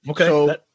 Okay